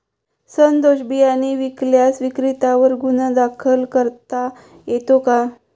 सदोष बियाणे विकल्यास विक्रेत्यांवर गुन्हा दाखल करता येतो का?